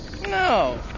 No